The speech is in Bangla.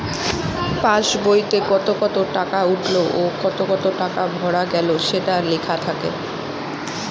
পাস বইতে কত কত টাকা উঠলো ও কত কত টাকা ভরা গেলো সেটা লেখা থাকে